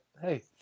hey